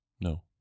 No